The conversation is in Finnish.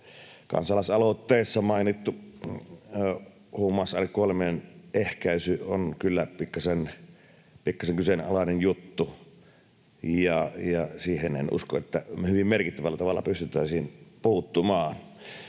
kansalaisaloitteessa mainittu huumausainekuolemien ehkäisy on kyllä pikkasen kyseenalainen juttu. En usko, että me siihen hyvin merkittävällä tavalla pystyttäisiin puuttumaan.